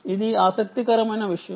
ఇది ఆసక్తికరమైన విషయం